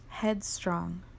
headstrong